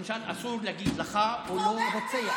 למשל, אסור להגיד לך או לו "רוצח".